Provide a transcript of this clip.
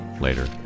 later